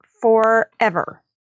forever